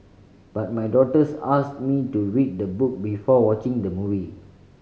but my daughters asked me to read the book before watching the movie